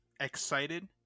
excited